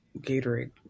Gatorade